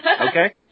Okay